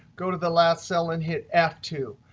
go to the last cell and hit f two.